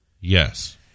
yes